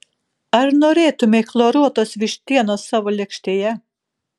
ar norėtumei chloruotos vištienos savo lėkštėje